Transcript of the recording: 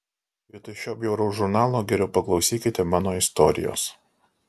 vietoj šio bjauraus žurnalo geriau paklausykite mano istorijos